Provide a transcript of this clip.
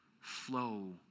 flow